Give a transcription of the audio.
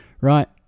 right